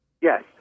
Yes